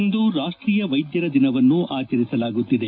ಇಂದು ರಾಷ್ಷೀಯ ವೈದ್ಯರ ದಿನವನ್ನು ಆಚರಿಸಲಾಗುತ್ತಿದೆ